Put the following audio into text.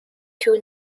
two